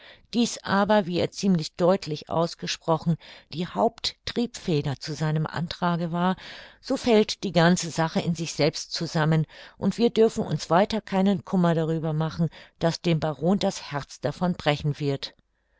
dies aber wie er ziemlich deutlich ausgesprochen die haupttriebfeder zu seinem antrage war so fällt die ganze sache in sich selbst zusammen und wir dürfen uns weiter keinen kummer darüber machen daß dem baron das herz davon brechen wird